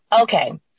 Okay